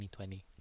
2020